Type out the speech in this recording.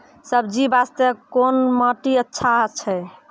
सब्जी बास्ते कोन माटी अचछा छै?